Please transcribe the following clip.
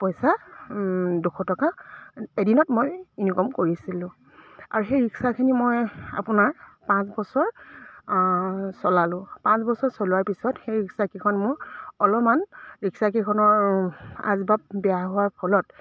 পইচা দুশ টকা এদিনত মই ইনকম কৰিছিলোঁ আৰু সেই ৰিক্সাখিনি মই আপোনাৰ পাঁচ বছৰ চলালোঁ পাঁচ বছৰ চলোৱাৰ পিছত সেই ৰিক্সাকেইখন মোৰ অলপমান ৰিক্সাকেইখনৰ আচবাব বেয়া হোৱাৰ ফলত